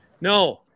No